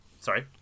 Sorry